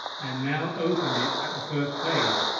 and now opened it at the first page,